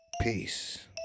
Peace